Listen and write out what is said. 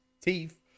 teeth